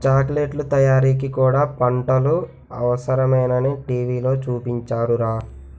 చాకిలెట్లు తయారీకి కూడా పంటలు అవసరమేనని టీ.వి లో చూపించారురా